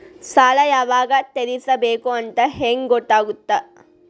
ಸಾಲ ಯಾವಾಗ ತೇರಿಸಬೇಕು ಅಂತ ಹೆಂಗ್ ಗೊತ್ತಾಗುತ್ತಾ?